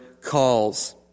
calls